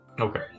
Okay